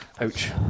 ouch